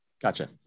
Gotcha